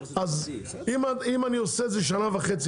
אז אם אני עושה את זה שנה וחצי,